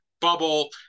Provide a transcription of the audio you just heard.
bubble